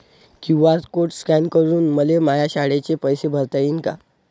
QR code scan करून मले माया शाळेचे पैसे भरता येईन का?